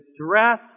dress